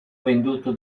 veduto